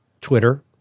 Twitter